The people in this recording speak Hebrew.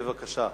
בבקשה.